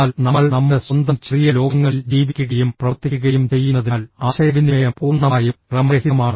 എന്നാൽ നമ്മൾ നമ്മുടെ സ്വന്തം ചെറിയ ലോകങ്ങളിൽ ജീവിക്കുകയും പ്രവർത്തിക്കുകയും ചെയ്യുന്നതിനാൽ ആശയവിനിമയം പൂർണ്ണമായും ക്രമരഹിതമാണ്